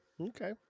okay